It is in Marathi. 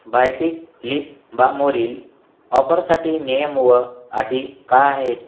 बायोटिक लिप बामवरील ऑफरसाठी नियम व अटी काय आहे